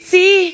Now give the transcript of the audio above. See